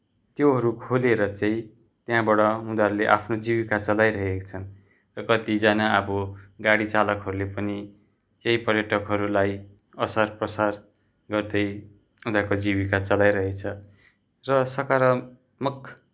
त्योहरू खोलेर चाहिँ त्यहाँबाट उनीहरूले आफ्नो जीविका चलाइरहेका छन् र कतिजना अब गाडी चालकहरूले पनि त्यही पर्यटकहरूलाई ओसारपसार गर्दै उनीहरूको जीविका चलाइरहेछ र सकारात्मक